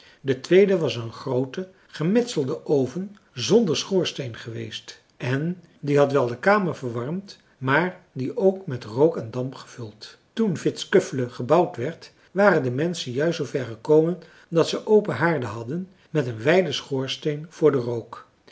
de tweede was een groote gemetselde oven zonder schoorsteen geweest en die had wel de kamer verwarmd maar die ook met rook en damp gevuld toen vittskövle gebouwd werd waren de menschen juist zoover gekomen dat ze open haarden hadden met een wijden schoorsteen voor den rook